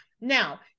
Now